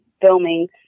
filming